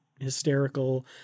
hysterical